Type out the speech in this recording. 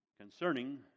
concerning